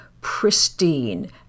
pristine